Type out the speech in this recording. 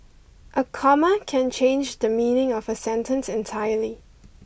a comma can change the meaning of a sentence entirely